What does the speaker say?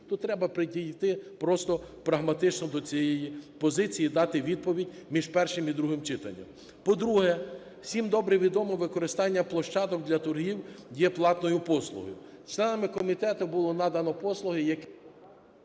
Тут треба підійти просто прагматично до цієї позиції і дати відповідь від першим і другим читанням. По-друге, всім добре відомо: використання площадок для торгів є платною послугою. Членами комітету було надано послуги…